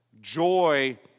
joy